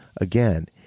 again